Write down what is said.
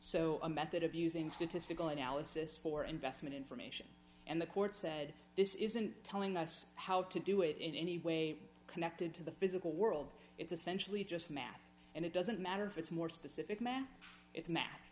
so a method of using statistical analysis for investment information and the court said this isn't telling us how to do it in any way connected to the physical world it's essentially just math and it doesn't matter if it's more specific math it's